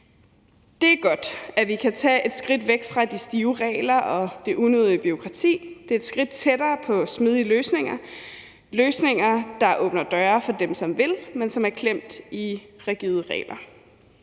Det er godt, at vi kan tage et skridt væk fra de stive regler og det unødige bureaukrati. Det er et skridt tættere på smidige løsninger – løsninger, der åbner døre for dem, som vil, men som er klemt i rigide regler.